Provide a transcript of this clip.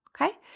okay